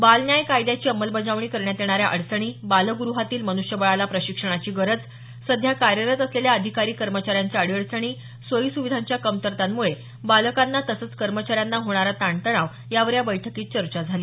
बाल न्याय कायद्याची अंमलबजावणी करण्यात येणाऱ्या अडचणी बालगृहातील मनुष्यबळाला प्रशिक्षणाची गरज सध्या कार्यरत असलेल्या अधिकारी कर्मचाऱ्यांच्या अडीअडचणी सोयी सुविधांच्या कमतरतांमुळे बालकांना तसंच कर्मचाऱ्यांना होणारा ताणतणाव यावर या बैठकीत चर्चा झाली